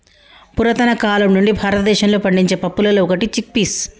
పురతన కాలం నుండి భారతదేశంలో పండించే పప్పులలో ఒకటి చిక్ పీస్